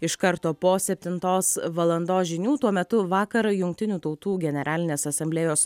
iš karto po septintos valandos žinių tuo metu vakar jungtinių tautų generalinės asamblėjos